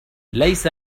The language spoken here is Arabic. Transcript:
ليس